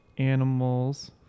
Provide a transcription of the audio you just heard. animals